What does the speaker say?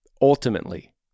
Ultimately